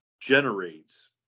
generates